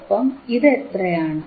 ഒപ്പം ഇത് എത്രയാണ്